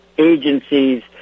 agencies